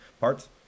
Parts